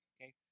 Okay